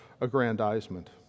aggrandizement